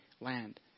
land